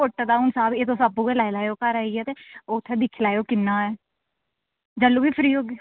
foot तुस sir एह् तुस आपूं गै दिक्खी लैयो घर आह्नियै ते ओह् उत्थें दिक्खी लैयो किन्ना ऐ जैलूं बी फ्री होगे